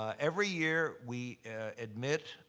every year, we admit,